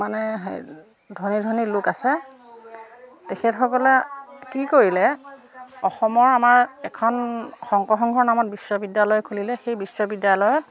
মানে ধনী ধনী লোক আছে তেখেতসকলে কি কৰিলে অসমৰ আমাৰ এখন শংকৰ সংঘৰ নামত বিশ্ববিদ্যালয় খুলিলে সেই বিশ্ববিদ্যালয়ত